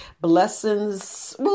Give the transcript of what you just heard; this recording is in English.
blessings